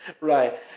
Right